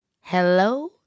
Hello